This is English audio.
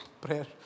prayer